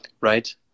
right